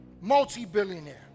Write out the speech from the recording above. Multi-billionaire